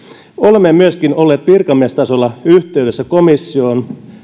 olemme myöskin olleet virkamiestasolla yhteydessä komissioon